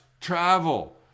travel